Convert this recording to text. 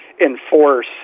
enforce